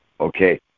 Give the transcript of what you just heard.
okay